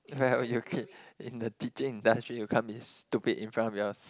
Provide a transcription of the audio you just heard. well you can in the teaching industry you can't be stupid in front of your